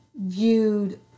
viewed